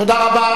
תודה רבה.